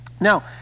Now